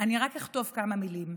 "אני רק אכתוב כמה מילים,